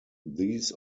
these